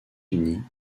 unis